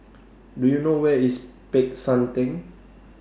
Do YOU know Where IS Peck San Theng